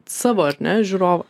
savo ar ne žiūrovą